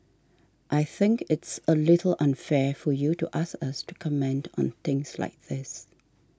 I think it's a little unfair for you to ask us to comment on things like this